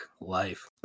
life